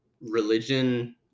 religion